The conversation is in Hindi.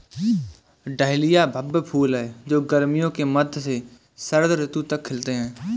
डहलिया भव्य फूल हैं जो गर्मियों के मध्य से शरद ऋतु तक खिलते हैं